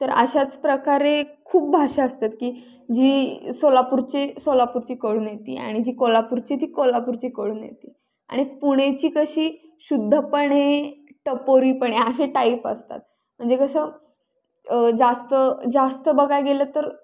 तर अशाच प्रकारे खूप भाषा असतात की जी सोलापूरची सोलापूरची कळून येते आणि जी कोल्हापूरची ती कोल्हापूरची कळून येते आणि पुण्याची कशी शुद्धपणे टपोरीपणे असे टाईप असतात म्हणजे कसं जास्त जास्त बघायला गेलं तर